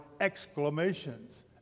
exclamations